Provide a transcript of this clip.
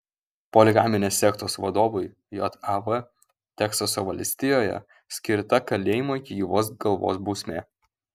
poligaminės sektos vadovui jav teksaso valstijoje skirta kalėjimo iki gyvos galvos bausmė